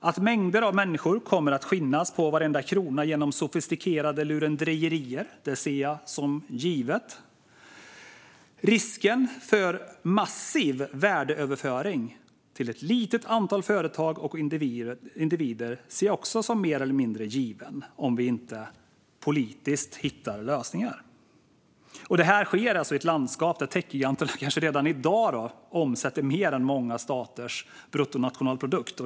Att mängder av människor kommer att skinnas på varenda krona genom sofistikerade lurendrejerier ser jag som givet. Risken för massiv värdeöverföring till ett litet antal företag och individer ser jag också som mer eller mindre given om vi inte politiskt hittar lösningar. Detta sker alltså i ett landskap där techgiganterna kanske redan i dag omsätter mer än många staters bruttonationalprodukt.